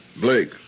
Blake